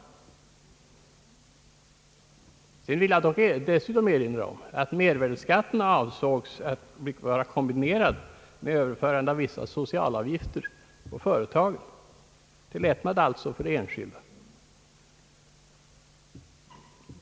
Dessutom vill jag framhålla att mervärdeskatten avsågs bli kombinerad med överförande av vissa sociala avgifter på företagen, till lättnad alltså för enskilda.